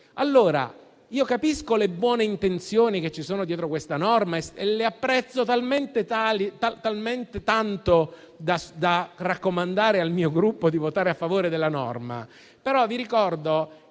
Allora, capisco le buone intenzioni che ci sono dietro questa norma e le apprezzo così tanto da raccomandare al mio Gruppo di votare a favore della norma, però vi ricordo, cari